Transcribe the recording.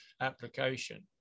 application